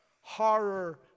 horror